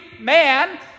man